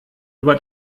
über